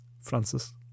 Francis